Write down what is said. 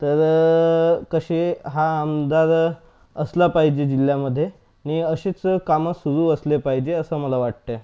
तर कसे हा आमदार असला पाहिजे जिल्ह्यामध्ये आणि अशीच कामं सुरु असले पाहिजे असं मला वाटते